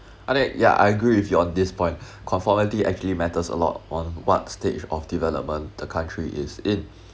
yeah I agree with you on this point conformity actually matters a lot on what stage of development the country is in